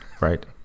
right